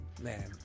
Man